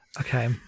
Okay